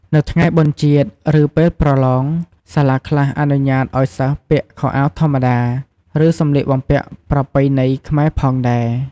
នៅថ្ងៃបុណ្យជាតិ ឬពេលប្រឡង សាលាខ្លះអនុញ្ញាតឲ្យសិស្សពាក់ខោអាវធម្មតា ឬសំលៀកបំពាក់ប្រពៃណីខ្មែរផងដែរ។